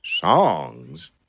Songs